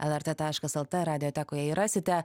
lrt taškas lt radiotekoje jį rasite